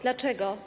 Dlaczego?